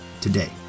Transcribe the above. today